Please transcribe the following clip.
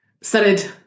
started